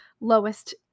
lowest